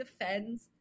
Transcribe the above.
defends